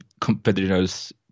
competitors